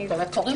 היא לא אתנו.